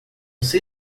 sei